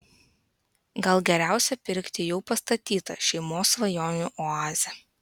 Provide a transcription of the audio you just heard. gal geriausia pirkti jau pastatytą šeimos svajonių oazę